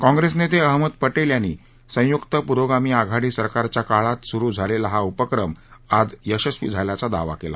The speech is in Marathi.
काँप्रेस नेते अहमद पटेल यांनी संयुक्त पुरोगामी आघाडी सरकारच्या काळात सुरू झालेला हा उपक्रम आज यशस्वी झाल्याचा दावा केला